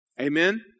Amen